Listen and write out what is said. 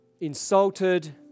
insulted